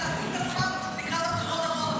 להציל את עצמם לקראת הבחירות הבאות.